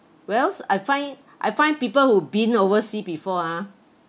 well I find I find people who been overseas before ah